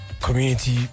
community